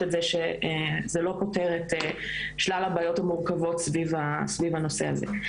את זה שזה לא פותר את שלל הבעיות המורכבות סביב הנושא הזה.